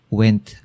went